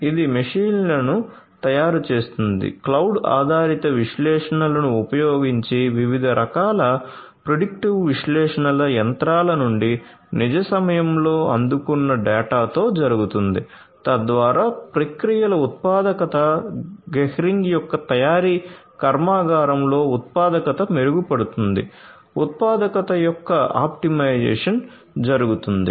ఇది మెషీన్లను తయారు చేస్తుంది క్లౌడ్ ఆధారిత విశ్లేషణలు ఉపయోగించి వివిధ రకాల ప్రిడిక్టివ్ విశ్లేషణలు యంత్రాల నుండి నిజ సమయంలో అందుకున్న డేటాతో జరుగుతుంది తద్వారా ప్రక్రియల ఉత్పాదకత గెహ్రింగ్ యొక్క తయారీ కర్మాగారంలో ఉత్పాదకత మెరుగుపడుతుంది ఉత్పాదకత యొక్క ఆప్టిమైజేషన్ జరుగుతుంది